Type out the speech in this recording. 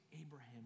Abraham